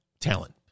talent